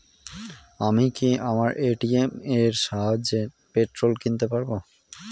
আমি কি আমার এ.টি.এম এর সাহায্যে পেট্রোল কিনতে পারব?